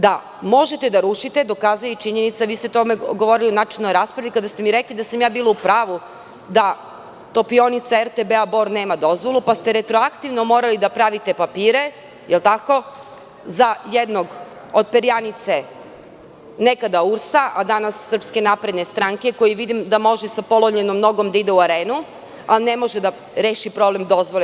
Da možete da rušite, pokazuje činjenica, vi ste o tome govorili u načelnoj raspravi, kada ste rekli da sam bila u pravu da Topionica RTB Bor nema dozvolu, pa ste retroaktivno morali da pravite papire, da li je tako, za jednog od perjanice nekada URS, a danas SNS koji, vidim, može sa polomljenom nogom da ide u Arenu, a ne može da reši problem dozvole.